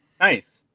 Nice